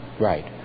right